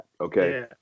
okay